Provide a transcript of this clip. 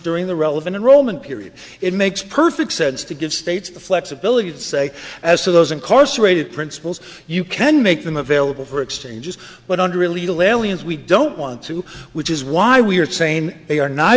during the relevant roman period it makes perfect sense to give states the flexibility to say as to those incarcerated principles you can make them available for exchanges but under illegal aliens we don't want to which is why we're saying they are n